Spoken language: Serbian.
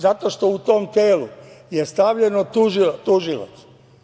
Zato što u tom telu je stavljeno tužilac.